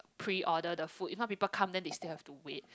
pre order the food if not people come then they still have to wait